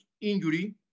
injury